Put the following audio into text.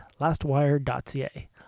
lastwire.ca